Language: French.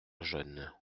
jeune